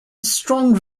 strong